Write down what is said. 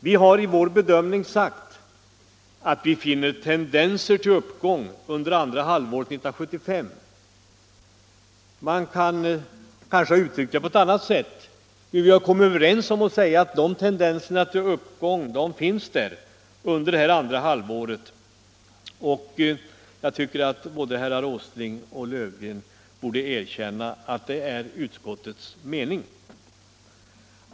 Vi har i vår bedömning sagt att vi finner tendenser till uppgång under andra halvåret 1975. Man kan kanske uttrycka det på ett annat sätt. Men vi har kommit överens om att säga att dessa tendenser till uppgång finns under det andra halvåret, och jag tycker att både herr Åsling och herr Löfgren borde erkänna att detta är utskottets mening.